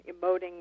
emoting